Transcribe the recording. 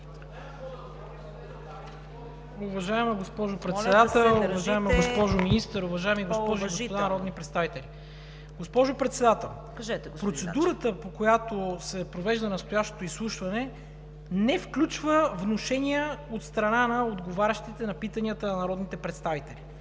ДИМИТЪР ДАНЧЕВ: …уважаема госпожо Министър, уважаеми госпожи и господа народни представители! Госпожо Председател, процедурата, по която се провежда настоящото изслушване, не включва внушения от страна на отговарящите на питанията на народните представители.